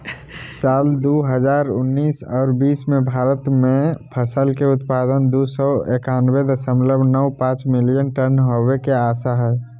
साल दू हजार उन्नीस आर बीस मे भारत मे फसल के उत्पादन दू सौ एकयानबे दशमलव नौ पांच मिलियन टन होवे के आशा हय